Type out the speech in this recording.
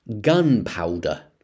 gunpowder